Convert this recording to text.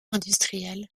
industriel